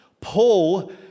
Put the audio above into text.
Paul